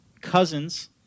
Cousins